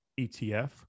ETF